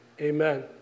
Amen